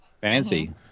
Fancy